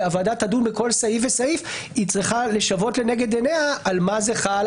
כשהוועדה תדון בכל סעיף וסעיף היא צריכה לשוות לנגד עיניה על מה זה חל,